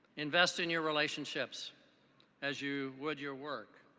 invest in your relationships as you would your work.